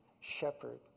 shepherd